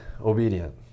obedient